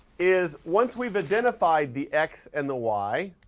is once we've identified the x and the y